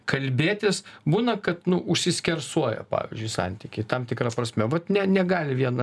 kalbėtis būna kad nu užsiskersuoja pavyzdžiui santykiai tam tikra prasme vat ne negali viena